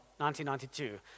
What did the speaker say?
1992